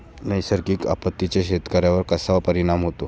नैसर्गिक आपत्तींचा शेतकऱ्यांवर कसा परिणाम होतो?